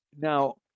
now